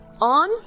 on